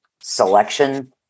selection